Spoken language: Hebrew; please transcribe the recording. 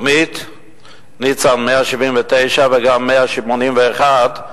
179 וגם 181,